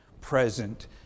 present